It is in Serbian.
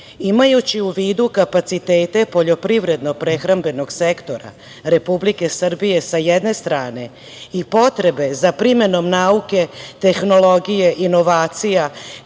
Imajući u vidu kapacitete poljoprivredno-prehrambenog sektora Republike Srbije sa jedne strane i potrebe za primenom nauke, tehnologije, inovacija,